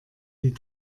die